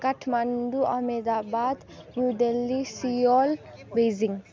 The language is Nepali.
Kathmandu Ahmedabad New Delhi Seoul Beijing